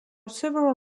several